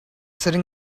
sitting